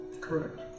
Correct